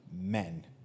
men